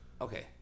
Okay